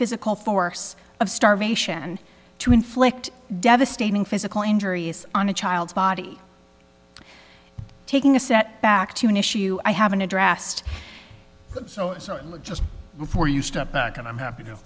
physical force of starvation to inflict devastating physical injuries on a child's body taking a set back to an issue i haven't addressed just before you step back and i'm